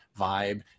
vibe